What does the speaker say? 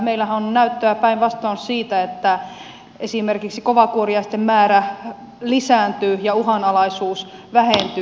meillähän on näyttöä päinvastoin siitä että esimerkiksi kovakuoriaisten määrä lisääntyy ja uhanalaisuus vähentyy